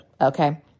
okay